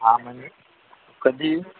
हा म्हणजे कधी